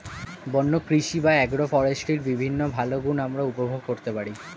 বন্য কৃষি বা অ্যাগ্রো ফরেস্ট্রির বিভিন্ন ভালো গুণ আমরা উপভোগ করতে পারি